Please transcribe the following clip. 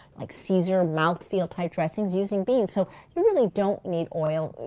like seize-your-mouth-feel-type dressings using beans, so you really don't need oil.